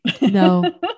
no